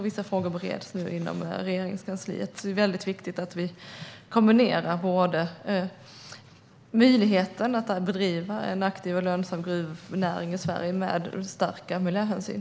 Vissa frågor bereds nu inom Regeringskansliet. Det är väldigt viktigt att vi kombinerar möjligheten till en aktiv och lönsam gruvnäring i Sverige med starka miljöhänsyn.